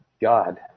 God